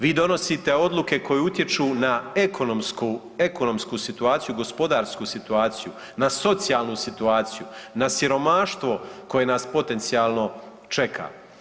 Vi donosite odluke koje utječu na ekonomsku situaciju, gospodarsku situaciju, na socijalnu situaciju, na siromaštvo koje nas potencijalno čeka.